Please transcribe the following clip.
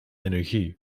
energie